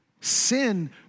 Sin